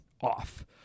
off